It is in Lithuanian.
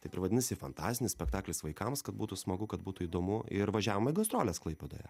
taip ir vadinasi fantastinis spektaklis vaikams kad būtų smagu kad būtų įdomu ir važiavom į gastroles klaipėdoje